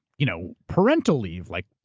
you know parental leave. like,